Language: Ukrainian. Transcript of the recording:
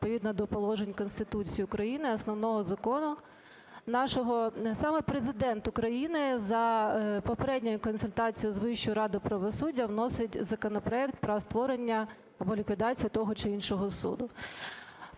відповідно до положень Конституції України, Основного Закону нашого, саме Президент України за попередньою консультацією з Вищою радою правосуддя вносить законопроект про створення або ліквідацію того чи іншого суду.